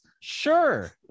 Sure